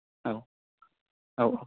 औ औ